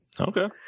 Okay